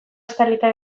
estalita